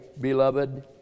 beloved